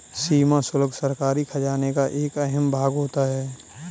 सीमा शुल्क सरकारी खजाने का एक अहम भाग होता है